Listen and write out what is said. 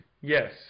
Yes